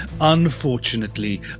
Unfortunately